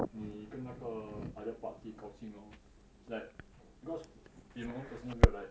你跟那个 other party 高兴 lor like